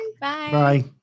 Bye